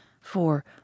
for